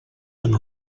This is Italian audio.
hanno